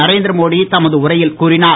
நரேந்திரமோடி தமது உரையில் கூறினார்